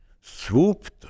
swooped